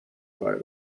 fire